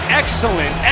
excellent